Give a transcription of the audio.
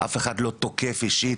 אף אחד לא תוקף אישית,